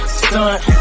stunt